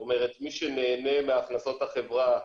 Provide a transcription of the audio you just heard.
זאת אומרת מי שנהנה מהכנסות החברה,